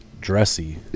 dressy